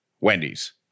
Wendy's